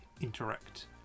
interact